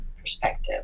perspective